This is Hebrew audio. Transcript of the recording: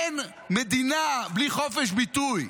אין מדינה בלי חופש ביטוי,